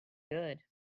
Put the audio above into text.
good